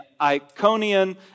Iconian